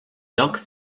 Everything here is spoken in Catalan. lloc